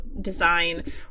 design